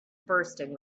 bursting